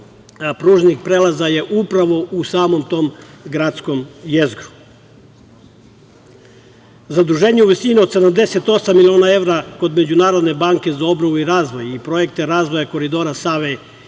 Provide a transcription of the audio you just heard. pružnih prelaza je upravo u samom tom gradskom jezgru. Zaduženje u visini od 78 miliona evra kod Međunarodne banke za obnovu i razvoj i projekte razvoja koridora Save